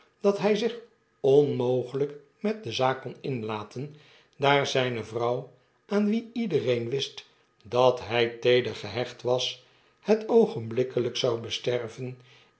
dat hi zich onmogelijk met de zaak kon inlaten daar zijne vrouw aan wien iedereen wist dat hy teeder gehecht was hetoogenblikkelk zou besterven